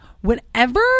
whenever